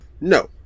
No